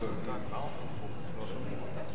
קריאה ראשונה.